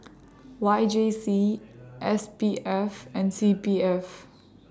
Y J C S P F and C P F